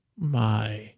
My